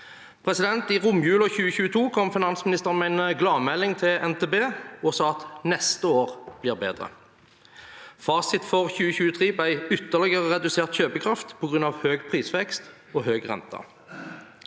med. I romjulen 2022 kom finansministeren med en gladmelding til NTB og sa at neste år blir bedre. Fasit for 2023 ble ytterligere redusert kjøpekraft på grunn av høy prisvekst og høy rente.